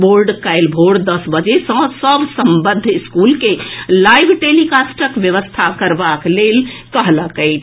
board काल्हि भोर दस बजे सँ सभ सम्बद्ध स्कूल के लाइव टेलीकास्टक व्यवस्था करबाक लेल कहलक अछि